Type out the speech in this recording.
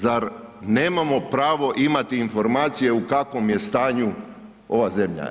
Zar nemamo pravo imati informacije u kakvom je stanju ova zemlja?